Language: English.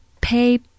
pay